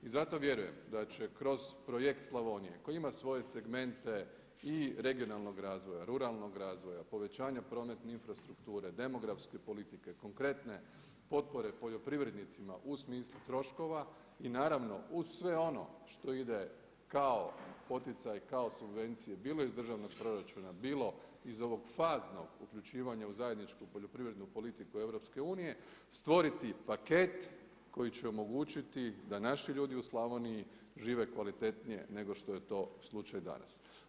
I zato vjerujem da će kroz projekt Slavonije koji ima svoje segmente i regionalnog razvoja, ruralnog razvoja, povećanja prometne infrastrukture, demografske politike, konkretne potpore poljoprivrednicima u smislu troškova i naravno uz sve ono što ide kao poticaj, kao subvencije bilo iz državnog proračuna, bilo iz ovog faznog uključivanja u zajedničku poljoprivrednu politiku EU stvoriti paket koji će omogućiti da naši ljudi u Slavoniji žive kvalitetnije nego što je to slučaj danas.